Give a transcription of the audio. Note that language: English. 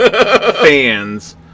fans